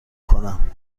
کنم